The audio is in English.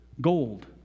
gold